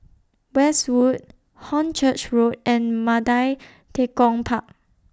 Westwood Hornchurch Road and Mandai Tekong Park